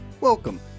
welcome